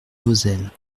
vauzelles